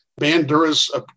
Bandura's